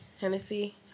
Hennessy